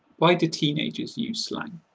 why do teenagers use slang?